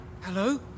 Hello